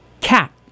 Cat